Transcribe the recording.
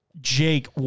Jake